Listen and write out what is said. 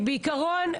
בעיקרון,